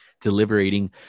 deliberating